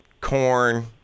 Corn